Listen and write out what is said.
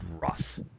rough